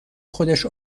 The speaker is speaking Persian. خودش